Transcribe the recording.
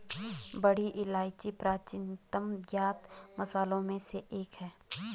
बड़ी इलायची प्राचीनतम ज्ञात मसालों में से एक है